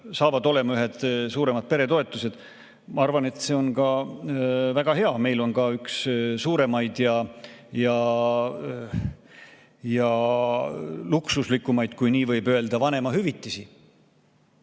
saavad olema ühed suuremad peretoetused, siis ma arvan, et see on väga hea, meil on ka üks suuremaid ja luksuslikumaid, kui nii võib öelda, vanemahüvitisi.